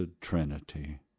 Trinity